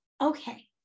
Okay